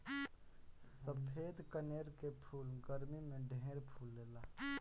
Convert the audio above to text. सफ़ेद कनेर के फूल गरमी में ढेर फुलाला